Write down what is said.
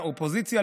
אופוזיציה,